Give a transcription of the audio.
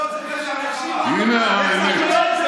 הינה האמת,